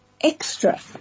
Extra